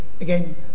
again